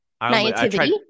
Naivety